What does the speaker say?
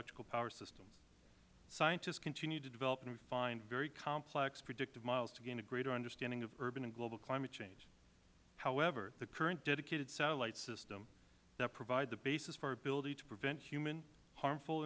electrical power systems scientists continue to develop and refine very complex predictive models to gain a greater understanding of urban and global climate change however the current dedicated satellite system that provides the basis for our ability to prevent human harmful